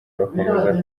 bakomeza